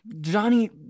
Johnny